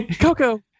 Coco